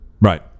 Right